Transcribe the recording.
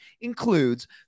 includes